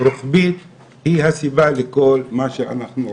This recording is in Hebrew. היא הסיבה לכל מה שאנחנו רואים.